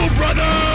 brother